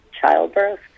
childbirth